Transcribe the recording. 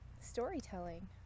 storytelling